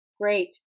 Great